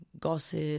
gossip